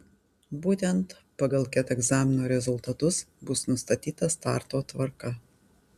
būtent pagal ket egzamino rezultatus bus nustatyta starto tvarka